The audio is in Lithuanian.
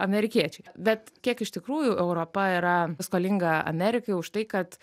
amerikiečiai bet kiek iš tikrųjų europa yra skolinga amerikai už tai kad